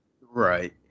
right